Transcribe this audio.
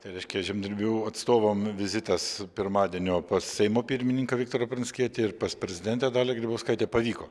tai reiškia žemdirbių atstovam vizitas pirmadienio pas seimo pirmininką viktorą pranckietį ir pas prezidentę dalią grybauskaitę pavyko